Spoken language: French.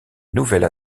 nouvelle